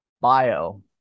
Bio